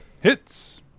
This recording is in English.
Hits